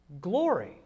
glory